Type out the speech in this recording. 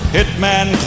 Hitman